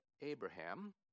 Abraham